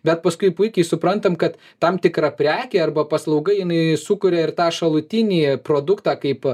bet paskui puikiai suprantam kad tam tikra prekė arba paslauga jinai sukuria ir tą šalutinį produktą kaip